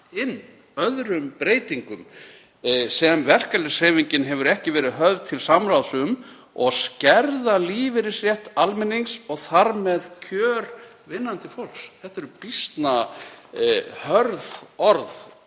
inn öðrum breytingum sem verkalýðshreyfingin hefur ekki verið höfð til samráðs um og skerða lífeyrisrétt almennings og þar með kjör vinnandi fólks.“ Þetta eru býsna hörð orð